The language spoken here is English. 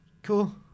Cool